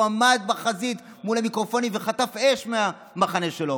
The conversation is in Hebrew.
הוא עמד בחזית מול המיקרופונים וחטף אש מהמחנה שלו,